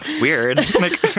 Weird